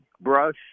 brush